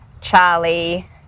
Charlie